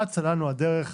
אצה לנו הדרך,